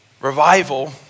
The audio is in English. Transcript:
Revival